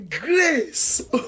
grace